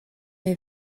neu